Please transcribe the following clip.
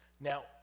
now